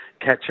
catch